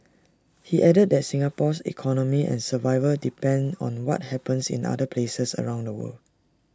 he added that Singapore's economy and survival depend on what happens in other places around the world